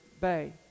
Bay